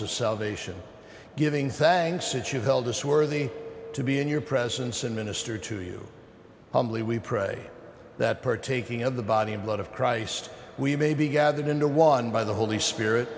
of salvation giving thanks it you've held us worthy to be in your presence and minister to you humbly we pray that partaking of the body and blood of christ we may be gathered into one by the holy spirit